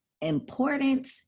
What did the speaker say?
important